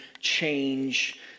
change